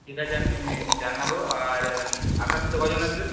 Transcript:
ঠিক আছে আমি জানাব আর আপনার সাথে কজন আসবে